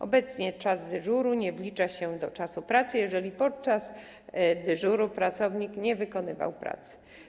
Obecnie czas dyżuru nie wlicza się do czasu pracy, jeżeli podczas dyżuru pracownik nie wykonywał pracy.